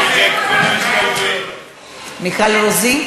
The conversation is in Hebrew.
מיכל רוזין?